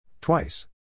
Twice